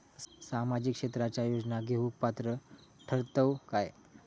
सामाजिक क्षेत्राच्या योजना घेवुक पात्र ठरतव काय?